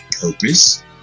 purpose